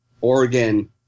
Oregon